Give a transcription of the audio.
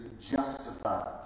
justified